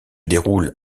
déroulent